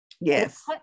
yes